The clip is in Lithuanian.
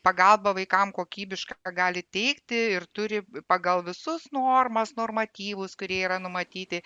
pagalbą vaikam kokybišką gali teikti ir turi pagal visus normas normatyvus kurie yra numatyti